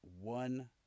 one